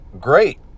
great